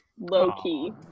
low-key